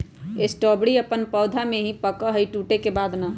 strawberry अपन पौधा में ही पका हई टूटे के बाद ना